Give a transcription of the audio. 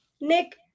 Nick